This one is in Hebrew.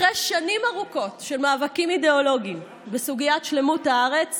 אחרי שנים ארוכות של מאבקים אידיאולוגיים בסוגיית שלמות הארץ